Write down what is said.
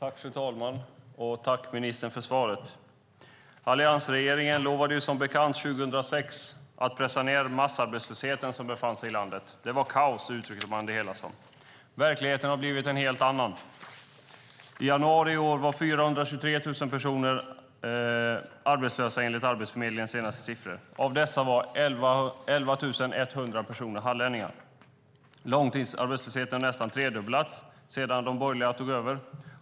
Fru talman! Tack, ministern, för svaret! Alliansregeringen lovade som bekant 2006 att pressa ned massarbetslösheten, som fanns i landet. Det var kaos - så uttryckte man det hela. Verkligheten har blivit en helt annan. I januari i år var 423 000 personer arbetslösa enligt Arbetsförmedlingens senaste siffror. Av dessa var 11 100 personer hallänningar. Långtidsarbetslösheten har nästan tredubblats sedan de borgerliga tog över.